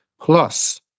plus